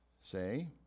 say